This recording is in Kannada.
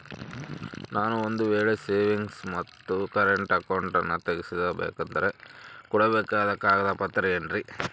ನಾನು ಒಂದು ವೇಳೆ ಸೇವಿಂಗ್ಸ್ ಮತ್ತ ಕರೆಂಟ್ ಅಕೌಂಟನ್ನ ತೆಗಿಸಬೇಕಂದರ ಕೊಡಬೇಕಾದ ಕಾಗದ ಪತ್ರ ಏನ್ರಿ?